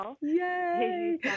Yay